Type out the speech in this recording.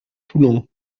toulon